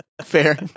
Fair